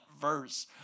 verse